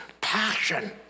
passion